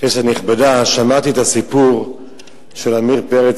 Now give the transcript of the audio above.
כנסת נכבדה, שמעתי היום את הסיפור של עמיר פרץ.